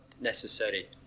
necessary